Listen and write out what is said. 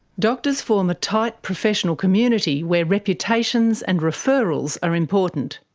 doctors form a tight professional community where reputations and referrals are important.